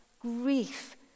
grief